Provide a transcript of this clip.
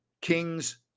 Kings